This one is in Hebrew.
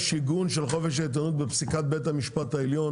יש עיגון של חופש העיתונות בפסיקת בית המשפט בית המשפט העליון.